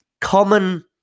common